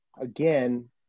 again